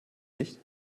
nicht